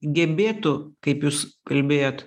gebėtų kaip jūs kalbėjot